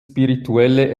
spirituelle